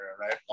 right